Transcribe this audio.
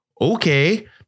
Okay